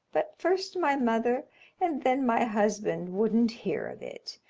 but first my mother and then my husband wouldn't hear of it.